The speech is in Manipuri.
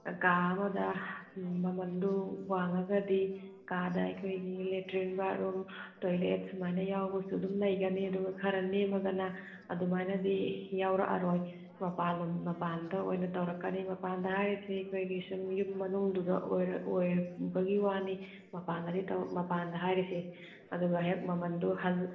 ꯀꯥ ꯑꯃꯗ ꯃꯃꯜꯗꯨ ꯋꯥꯡꯉꯒꯗꯤ ꯀꯥꯗ ꯑꯩꯈꯣꯏꯒꯤ ꯂꯦꯇ꯭ꯔꯤꯟ ꯕꯥꯠꯔꯨꯝ ꯇꯣꯏꯂꯦꯠ ꯁꯨꯃꯥꯏꯅ ꯌꯥꯎꯕꯁꯨ ꯑꯗꯨꯝ ꯂꯩꯒꯅꯤ ꯑꯗꯨꯒ ꯈꯔ ꯅꯦꯝꯃꯒꯅ ꯑꯗꯨꯃꯥꯏꯅꯗꯤ ꯌꯥꯎꯔꯛꯑꯔꯣꯏ ꯃꯄꯥꯜꯂꯣꯝ ꯃꯄꯥꯜꯗ ꯑꯣꯏꯅ ꯇꯧꯔꯛꯀꯅꯤ ꯃꯄꯥꯟꯗ ꯍꯥꯏꯔꯤꯁꯤ ꯑꯩꯈꯣꯏꯒꯤ ꯁꯨꯝ ꯌꯨꯝ ꯃꯅꯨꯡꯗꯨꯗ ꯑꯣꯏꯔꯕꯒꯤ ꯋꯥꯅꯤ ꯃꯄꯥꯟꯗꯒꯤ ꯍꯥꯏꯔꯤꯁꯦ ꯑꯗꯨꯒ ꯍꯦꯛ ꯃꯃꯜꯗꯨ ꯍꯜ